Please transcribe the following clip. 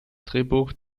drehbuch